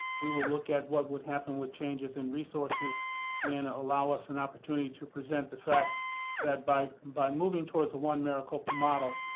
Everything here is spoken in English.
we will look at what would happen with changes in resources and allow us an opportunity to present the fact that by by moving towards a one-maricopa model,